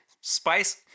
spice